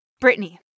Brittany